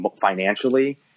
financially